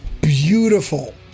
beautiful